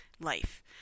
life